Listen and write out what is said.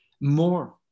more